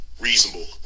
reasonable